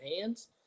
hands –